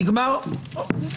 נגמר לי הזמן?